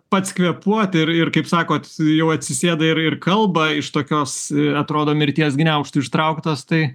pats kvėpuoti ir ir kaip sakot jau atsisėda ir ir kalba iš tokios atrodo mirties gniaužtų ištrauktas tai